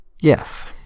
Yes